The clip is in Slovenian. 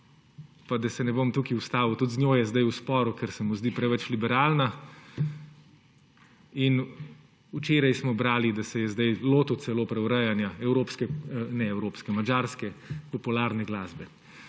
Pa da se ne bom tukaj ustavil, tudi z njo je zdaj v sporu, ker se mu zdi preveč liberalna, in včeraj smo brali, da se je zdaj lotil celo preurejanja madžarske popularne glasbe.